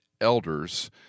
elders